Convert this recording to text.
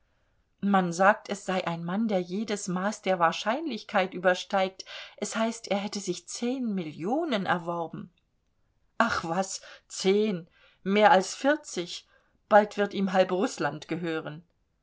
man sagt es sei ein mann der jedes maß der wahrscheinlichkeit übersteigt es heißt er hätte sich zehn millionen erworben ach was zehn mehr als vierzig bald wird ihm halb rußland gehören